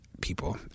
people